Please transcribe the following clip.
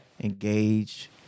Engage